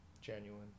Genuine